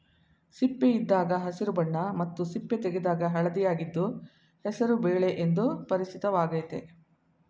ಸಿಪ್ಪೆಯಿದ್ದಾಗ ಹಸಿರು ಬಣ್ಣ ಮತ್ತು ಸಿಪ್ಪೆ ತೆಗೆದಾಗ ಹಳದಿಯಾಗಿದ್ದು ಹೆಸರು ಬೇಳೆ ಎಂದು ಪರಿಚಿತವಾಗಯ್ತೆ